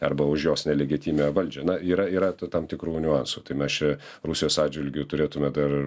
arba už jos nelegitimią valdžią na yra yra tam tikrų niuansų tai mes čia rusijos atžvilgiu turėtume dar